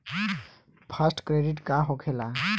Fast credit का होखेला?